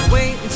Wait